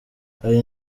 hari